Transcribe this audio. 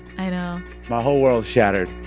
i know my whole world's shattered